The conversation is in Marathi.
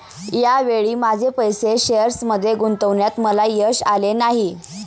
या वेळी माझे पैसे शेअर्समध्ये गुंतवण्यात मला यश आले नाही